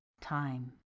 time